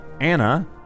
Anna